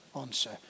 answer